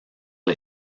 les